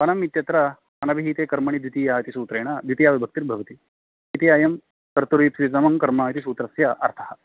वनम् इत्यत्र अनभिहिते कर्मणि द्वितीया इति सूत्रेण द्वितीयाविभक्तिर्भवति इति अयं कर्तुरीप्सिततमं कर्म इति सूत्रस्य अर्थः